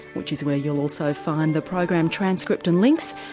which is where you'll also find the program transcript and links.